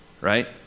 right